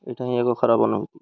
ଏଟା ହିଁ ଏକ ଖରାପ ଅନୁଭୂତି